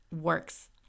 works